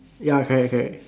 ya correct correct